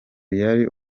yari